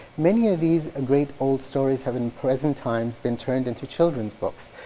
many of these great old stories have in present times been turned into children books.